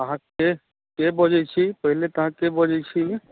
अहाँ के बजै छी पहिले तऽ अहाँ के बजै छी